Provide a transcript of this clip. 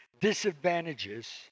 disadvantages